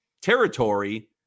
territory